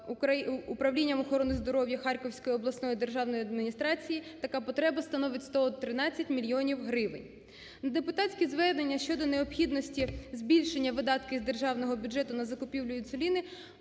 управлінням охорони здоров'я Харківської обласної державної адміністрації, така потреба становить 113 мільйонів гривень. На депутатські звернення щодо необхідності збільшення видатків з державного бюджету на закупівлю інсуліну,